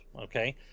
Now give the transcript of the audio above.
okay